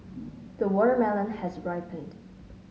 the watermelon has ripened